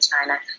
China